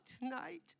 tonight